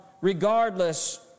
Regardless